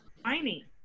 Tiny